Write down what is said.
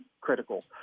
critical